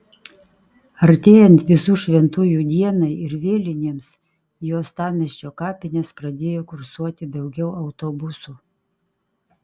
artėjant visų šventųjų dienai ir vėlinėms į uostamiesčio kapines pradėjo kursuoti daugiau autobusų